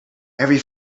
every